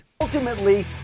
Ultimately